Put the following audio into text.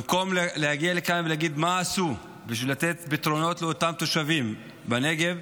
במקום להגיע לכאן ולהגיד מה עשו בשביל לתת פתרונות לאותם תושבים בנגב,